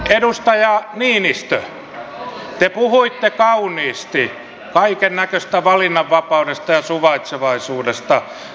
edustaja niinistö te puhuitte kauniisti kaikennäköistä valinnanvapaudesta ja suvaitsevaisuudesta